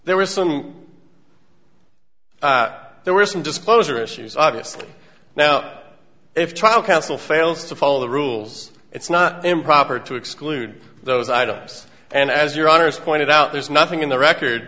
there was some there were some disposer issues obviously now if tribal council fails to follow the rules it's not improper to exclude those items and as your honour's pointed out there's nothing in the record